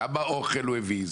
כמה אוכל הוא הביא.